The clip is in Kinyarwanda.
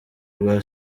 rwa